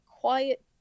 quiet